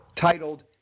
titled